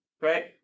Right